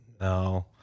no